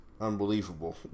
Unbelievable